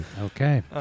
Okay